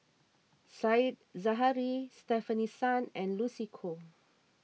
Said Zahari Stefanie Sun and Lucy Koh